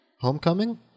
Homecoming